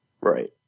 Right